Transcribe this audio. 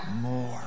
more